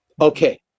Okay